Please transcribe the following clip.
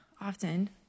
often